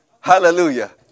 Hallelujah